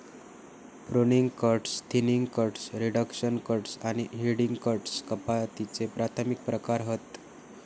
pruning cuts, thinning cuts, reduction cuts आणि heading cuts कपातीचे प्राथमिक प्रकार हत